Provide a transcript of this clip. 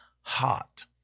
hot